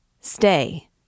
Stay